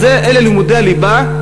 אלה לימודי הליבה,